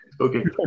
Okay